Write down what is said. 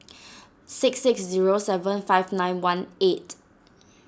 six six zero seven five nine one eight